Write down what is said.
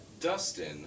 Dustin